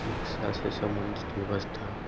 शिक्षा से संबंधित व्यवस्था